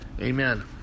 Amen